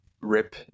Rip